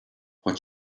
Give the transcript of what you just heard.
what